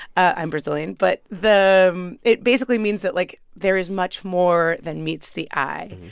i'm brazilian. but the it basically means that, like, there is much more than meets the eye.